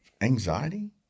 anxiety